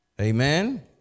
Amen